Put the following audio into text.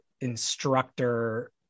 instructor